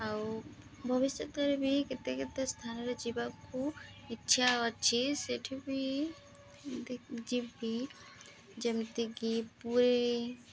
ଆଉ ଭବିଷ୍ୟତରେ ବି କେତେ କେତେ ସ୍ଥାନରେ ଯିବାକୁ ଇଚ୍ଛା ଅଛି ସେଇଠି ବି ଯିବି ଯେମିତିକି ପୁରୀ